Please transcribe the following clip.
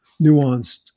nuanced